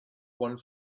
one